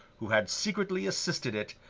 who had secretly assisted it,